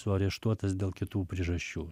suareštuotas dėl kitų priežasčių